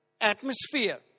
Atmosphere